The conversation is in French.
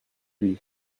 lui